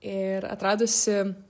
ir atradusi